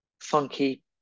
funky